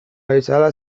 bezala